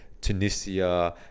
tunisia